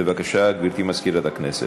בבקשה, גברתי מזכירת הכנסת.